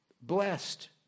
blessed